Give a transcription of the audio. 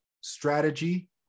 strategy